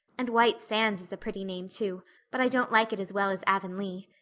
and white sands is a pretty name, too but i don't like it as well as avonlea.